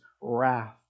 wrath